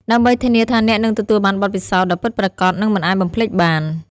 ដើម្បីធានាថាអ្នកនឹងទទួលបានបទពិសោធន៍ដ៏ពិតប្រាកដ និងមិនអាចបំភ្លេចបាន។